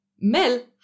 Mel